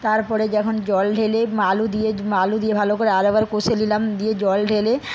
তারপরে যখন জল ঢেলে আলু দিয়ে আলু দিয়ে ভালো করে আরেকবার কষিয়ে নিলাম দিয়ে জল ঢেলে